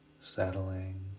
settling